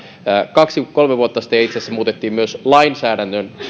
kaksi kolme vuotta sitten ja itse asiassa myös lainsäädännön